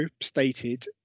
stated